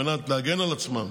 על מנת להגן על עצמם